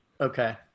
Okay